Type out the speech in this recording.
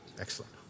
Excellent